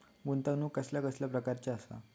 गुंतवणूक कसल्या कसल्या प्रकाराची असता?